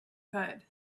could